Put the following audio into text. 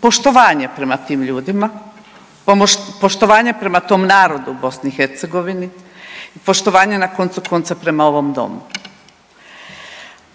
poštovanje prema tim ljudima, poštovanje prema tom narodu u BiH, poštovanje na koncu konca prema ovom Domu.